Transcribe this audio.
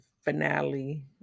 finale